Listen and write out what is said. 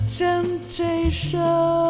temptation